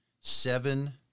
seven